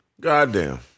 Goddamn